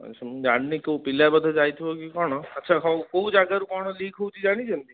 ମୁଁ ଜାଣିନି କେଉଁ ପିଲା ବୋଧେ ଯାଇଥିବ କି କ'ଣ ଆଚ୍ଛା ହଉ କୋଉ ଜାଗାରୁ କ'ଣ ଲିକ୍ ହେଉଛି ଜାଣିଛନ୍ତି